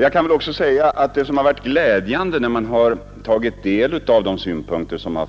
Jag kan väl också säga att det som har varit glädjande, när man har tagit del av de synpunkter som redan nu